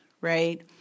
Right